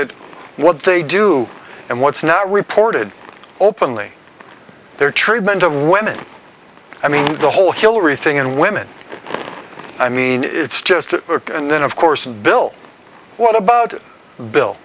at what they do and what's now reported openly their treatment of women i mean the whole hillary thing and women i mean it's just and then of course and bill what about bill